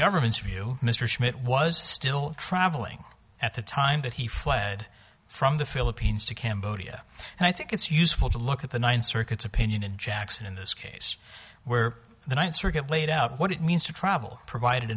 government's view mr schmidt was still traveling at the time that he fled from the philippines to cambodia and i think it's useful to look at the ninth circuit's opinion in jackson in this case where the ninth circuit laid out what it means to travel provided